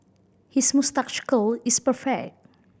his moustache curl is perfect